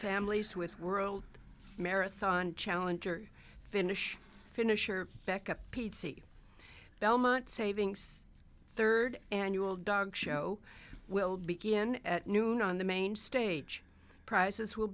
families with world marathon challenge or finish finish or backup pizzey belmont savings third annual dog show will begin at noon on the main stage prices will